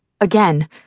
Again